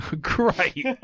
Great